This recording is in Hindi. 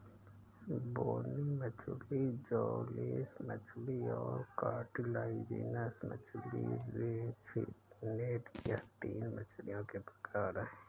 बोनी मछली जौलेस मछली और कार्टिलाजिनस मछली रे फिनेड यह तीन मछलियों के प्रकार है